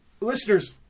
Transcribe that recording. Listeners